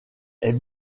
est